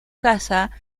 casa